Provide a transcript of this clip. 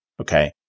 Okay